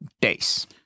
days